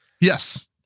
Yes